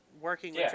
working